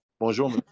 Bonjour